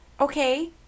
okay